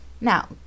Now